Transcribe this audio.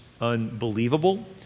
unbelievable